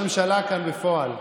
ראש הממשלה בפועל כאן.